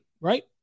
right